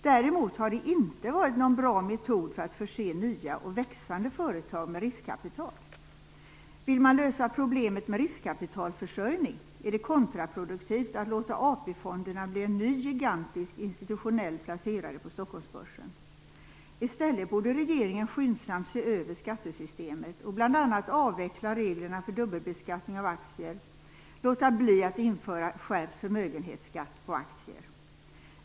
Däremot har det inte varit någon bra metod för att förse nya och växande företag med riskkapital. Vill man lösa problemet med riskkapitalförsörjning är det kontraproduktivt att låta AP-fonderna bli en ny, gigantisk institutionell placerare på Stockholmsbörsen. I stället borde regeringen skyndsamt se över skattesystemet och bl.a. avveckla reglerna för dubbelbeskattning av aktier och låta bli att införa skärpt förmögenhetsskatt på aktier.